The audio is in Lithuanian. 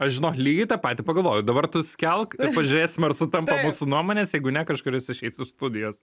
aš žinoma lygiai tą patį pagalvojau dabar tu skelk ir pažiūrėsim ar sutampa mūsų nuomonės jeigu ne kažkuris išeis už studijas